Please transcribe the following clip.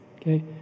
Okay